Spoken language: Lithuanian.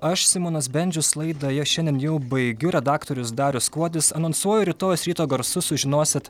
aš simonas bendžius laidoje šiandien jau baigiu redaktorius darius kuodis anonsuoja rytojaus ryto garsus sužinosit